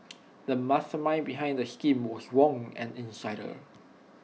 the mastermind behind the scheme was Wong an insider